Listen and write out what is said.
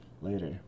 later